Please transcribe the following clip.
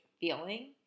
feeling